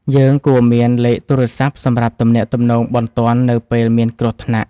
យើងគួរមានលេខទូរស័ព្ទសម្រាប់ទំនាក់ទំនងបន្ទាន់នៅពេលមានគ្រោះថ្នាក់។